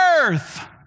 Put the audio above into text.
earth